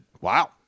wow